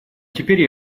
теперь